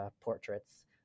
portraits